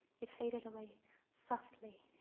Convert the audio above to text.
it faded away softly,